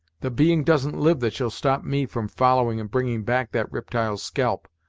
the being doesn't live that shall stop me from following and bringing back that riptyle's scalp.